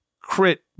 crit